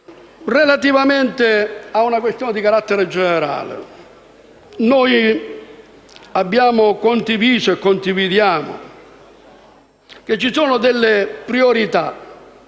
relativamente a una questione di carattere generale. Noi abbiamo condiviso e condividiamo che ci sono delle priorità